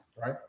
Right